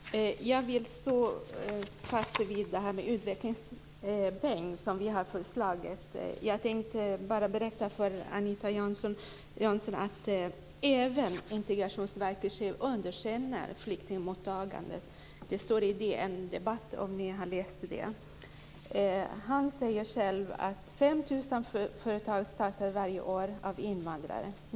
Herr talman! Jag vill hålla fast vid frågan om utvecklingspeng, som vi har föreslagit. Jag tänkte bara berätta för Anita Jönsson att även Integrationsverkets chef underkänner flyktingmottagandet. Ni kanske har läst det i DN debatt. Han säger själv att 5 000 företag startas varje år av invandrare.